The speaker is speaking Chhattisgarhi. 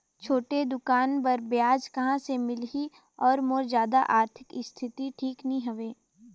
छोटे दुकान बर ब्याज कहा से मिल ही और मोर जादा आरथिक स्थिति ठीक नी हवे?